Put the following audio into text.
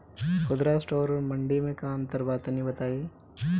खुदरा स्टोर और मंडी में का अंतर बा तनी बताई?